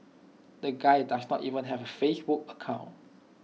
the guy does not even have A Facebook account